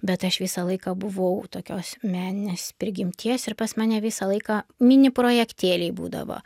bet aš visą laiką buvau tokios meninės prigimties ir pas mane visą laiką mini projektėliai būdavo